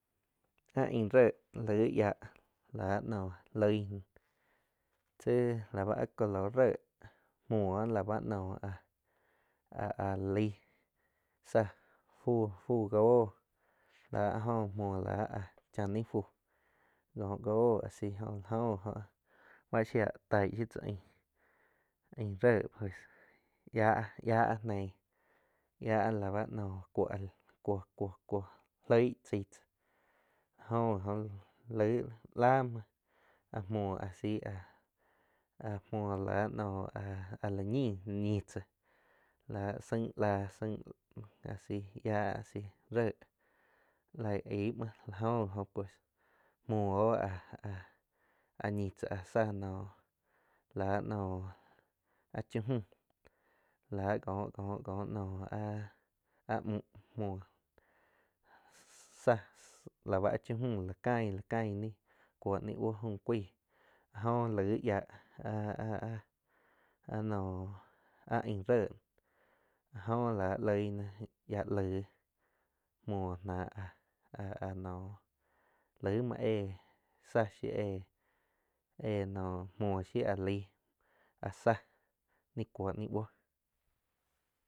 Áh aing réh laig yiá lá nóh loig náh tzi la bá áh color ré, mhuo la bah noh áh áh-ah laig sáh fu-fu goh lá áh jo muo láh áh chá naig fú cóh goh asi la jo gi óh áh báh shiáh taig shiu tzá aing, aing ré pues yáh-yah neig ya la báh noh kuoh kuoh-kuoh loig tzai tsáh áh jó gi óh laig la muoh áh muoh a si ah muoh la nóh áh la ñiin ñi tzá saing asi, yia asi ré laig aig mhuo la go gi oh asi pues muoh áh, áh ñi tzá áh záh ah noh la noh ah cha mü la coh-coh noh áh a muh muoh tsa, tsa la ba áh cha mü la cain, la cain ni kuoh ni buo fu caig áh laig yia áh-áh áh noh aing réh a jóh la loig ná yiah laig muoh ná áh áh-áh noh laig mhuo éh tzaá shiu éh, eh no mhuo shiu a laig áh tzáh ni cuo ni buoh.